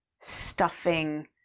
stuffing